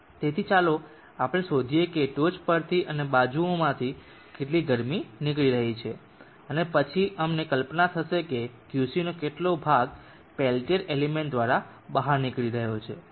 તેથી ચાલો આપણે શોધીીએ કે ટોચ પરથી અને બાજુઓમાંથી કેટલી ગરમી નીકળી રહી છે પછી અમને કલ્પના થશે કે Qc નો કેટલો ભાગ પેલ્ટીયર એલિમેન્ટ દ્વારા બહાર નીકળી રહ્યો છે